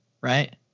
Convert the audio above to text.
right